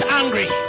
angry